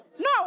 no